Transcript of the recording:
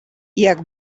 jak